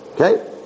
Okay